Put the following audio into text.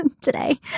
today